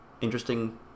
interesting